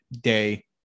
day